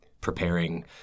preparing